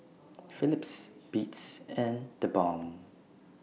Philips Beats and TheBalm